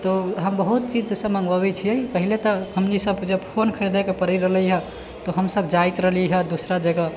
तऽ हम बहुत चीज ओहिसँ मंगबबै छियै पहिले तऽ हमनी सब जब फोन खरीदेके पड़ैत रहै तऽ हमसब जाइत रहलियै हँ दूसरा जगह